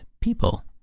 people